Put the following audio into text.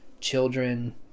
children